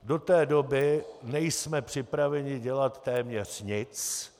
Do té doby nejsme připraveni dělat téměř nic.